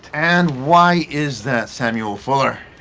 and, why is that, samuel fuller?